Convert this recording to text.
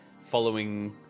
following